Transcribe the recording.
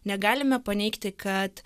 negalime paneigti kad